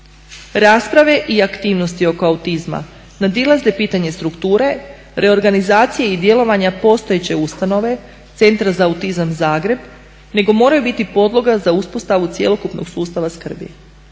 Rasprave i aktivnosti oko autizma nadilaze pitanje strukture, reorganizacije i djelovanja postojeće ustanove Centra za autizam Zagreb nego moraju biti podloga za uspostavu cjelokupnog sustava skrbi.